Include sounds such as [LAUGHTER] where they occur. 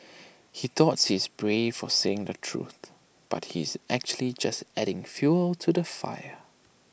[NOISE] he thought he's brave for saying the truth but he's actually just adding fuel to the fire